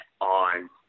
on